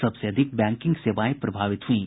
सबसे अधिक बैंकिंग सेवाएं प्रभावित हुईं